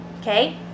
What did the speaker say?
Okay